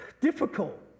difficult